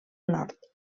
nord